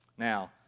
Now